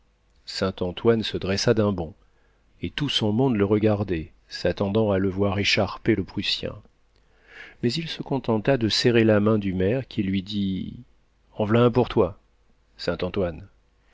saint-antoine se dressa d'un bond et tout son monde le regardait s'attendant à le voir écharper le prussien mais il se contenta de serrer la main du maire qui lui dit en v'la un pour toi saint-antoine